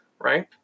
right